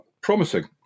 promising